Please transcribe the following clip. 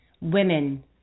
women